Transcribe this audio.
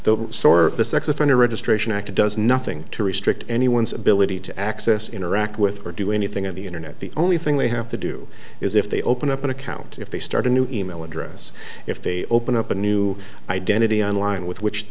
of the sex offender registration act it does nothing to restrict anyone's ability to access interact with or do anything on the internet the only thing they have to do is if they open up an account if they start a new e mail address if they open up a new identity on line with which